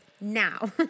Now